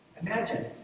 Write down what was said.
Imagine